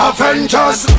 Avengers